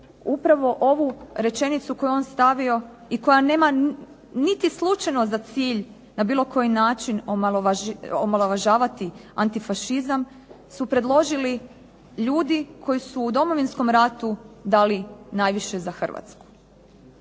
Upravo ovu rečenicu koju je on stavio i koja nema niti slučajno za cilj na bilo koji način omalovažavati antifašizam, su predložili ljudi koji su u Domovinskom ratu dali najviše za Hrvatsku.